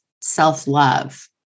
Self-love